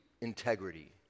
integrity